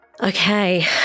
Okay